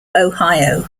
ohio